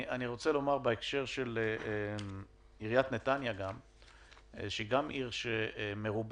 אני רוצה להגיד בהקשר של עיריית נתניה שהיא גם עיר מרובת